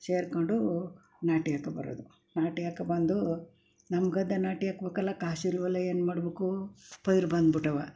ಸೇರಿಕೊಂಡೂ ನಾಟಿ ಹಾಕೊ ಬರೋದು ನಾಟಿ ಹಾಕೊ ಬಂದೂ ನಮ್ಮ ಗದ್ದೆ ನಾಟಿ ಹಾಕಬೇಕಲ್ಲ ಕಾಸಿಲ್ವಲ್ಲ ಏನು ಮಾಡಬೇಕು ಪೈರು ಬಂದ್ಬಿಟ್ಟಿವೆ